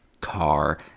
Car